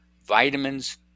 vitamins